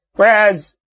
Whereas